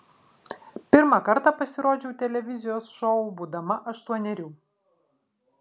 pirmą kartą pasirodžiau televizijos šou būdama aštuonerių